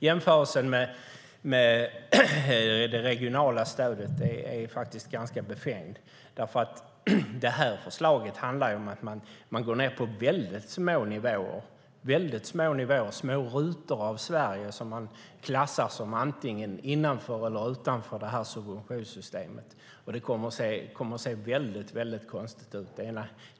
Jämförelsen med det regionala stödet är befängd. Det här förslaget handlar om att man går ned på väldigt små nivåer. Det är små rutor av Sverige som man klassar som antingen innanför eller utanför subventionssystemet. Det kommer att se väldigt konstigt ut.